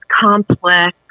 complex